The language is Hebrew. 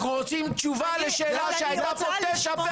אנחנו רוצים תשובה לשאלה שהייתה פה תשע פעמים.